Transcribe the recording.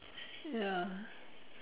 ya